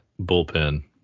bullpen